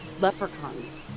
leprechauns